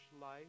life